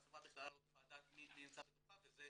והחברה בכלל לא תוכל לדעת מי נמצא בתוכה וזה